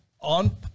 on